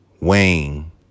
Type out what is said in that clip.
Wayne